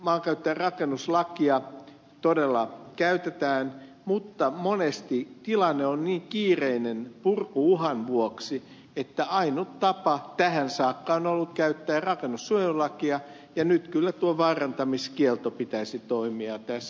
maankäyttö ja rakennuslakia todella käytetään mutta monesti tilanne on niin kiireinen purku uhan vuoksi että ainut tapa tähän saakka on ollut käyttää rakennussuojelulakia ja nyt kyllä tuon vaarantamiskiellon pitäisi toimia tässä